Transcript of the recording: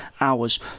hours